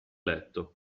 letto